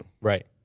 Right